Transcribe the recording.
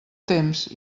temps